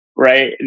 right